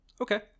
okay